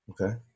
Okay